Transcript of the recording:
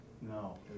No